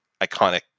iconic